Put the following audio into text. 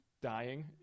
dying